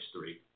three